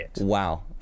wow